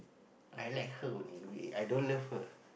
I like her only we i don't love her